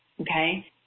okay